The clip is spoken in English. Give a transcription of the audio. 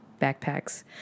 backpacks